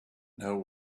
know